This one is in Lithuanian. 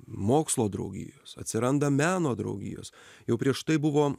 mokslo draugijos atsiranda meno draugijos jau prieš tai buvo